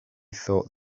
thought